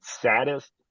saddest